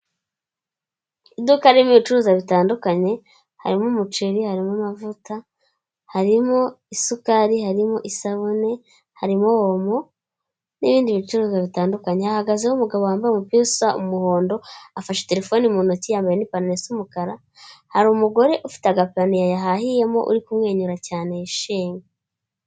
idukarimo ibicuruza bitandukanye harimo umuceri harimo amavuta harimo isukari harimo isabune harimomu n'ibindi bicuruzwa bitandukanye ahagazeho umugabo wambaye umubyusa umuhondo afashe telefoni mutoki yambaye nipanmesi umukara hari umugore ufite agap yahahiyemo uri kumwenyura cyane yishimye Iduka rimo ibicuruza bitandukanye, harimo umuceri, harimo amavuta, harimo isukari, harimo isabune, harimo omo n'ibindi bicuruzwa bitandukanye. Ahagazeho umugabo wambaye umubyusa umuhondo afashe telefoni mu tuki, yambaye n'ipantalo umukara. Hari umugore ufite agapaniye yahahiyemo, uri kumwenyura cyane, yishimye.